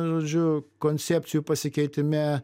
žodžiu koncepcijų pasikeitime